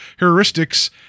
heuristics